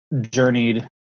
journeyed